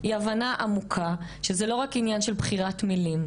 עמוקה - שזה לא רק עניין של בחירת מילים.